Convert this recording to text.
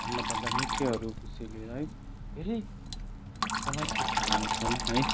भन्न पर्दा नित्यहरू बिषय लिएर है धेरै कलाकृतिहरू छन् है